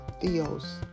Theos